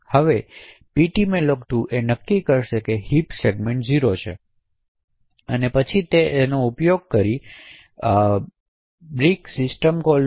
હવે ptmalloc એ નક્કી કરશે કે હિપ સેગમેન્ટ 0 છે અને પછી તેઉપયોગ કરશે બ્રિકલનો સિસ્ટમ કોલનો